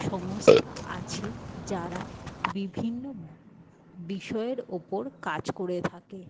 সংস্থা আছে যারা বিভিন্ন বিষয়ের ওপর কাজ করে থাকে